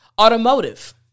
automotive